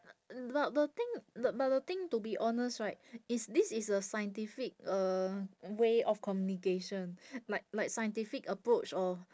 but the thing the but the thing to be honest right is this is a scientific uh way of communication like like scientific approach of